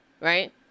Right